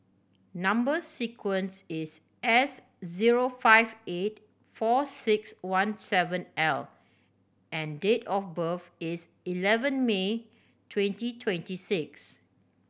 number sequence is S zero five eight four six one seven L and date of birth is eleven May twenty twenty six